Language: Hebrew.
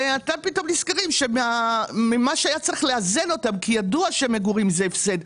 נזכרים שמה שהיה צריך לאזן אותם כי ידוע שמגורים זה הפסד,